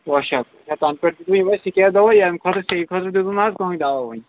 کوشل ہے تنہٕ پیٚٹھٕ دِیتٲوٕ یِمٕے سِکیب دوا ییٚمہِ خٲطرٕ سیٚے خٲطرٕ دیٚتوٕ نہَ حظ کٕنٛہےٕ دوا